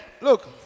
look